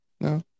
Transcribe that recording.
No